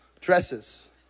dresses